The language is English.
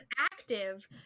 active